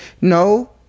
No